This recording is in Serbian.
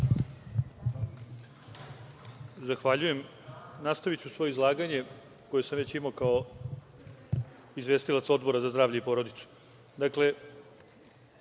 Zahvaljujem. Nastaviću svoje izlaganje koje sam već imao kao izvestilac Odbora za zdravlje i